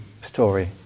story